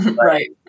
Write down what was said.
right